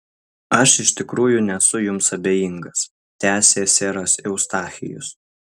aš iš tikrųjų nesu jums abejingas tęsė seras eustachijus